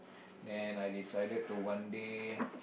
and I decided to one day